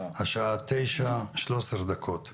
השעה 09:13 דקות.